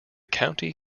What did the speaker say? county